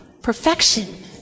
Perfection